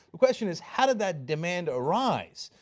the question is how did that demand arise?